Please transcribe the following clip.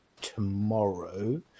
tomorrow